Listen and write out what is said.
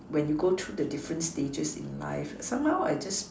when you got through the different stages in life somehow I just